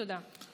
תודה.